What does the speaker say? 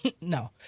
No